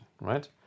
right